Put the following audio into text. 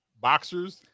boxers